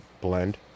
blend